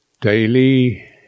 daily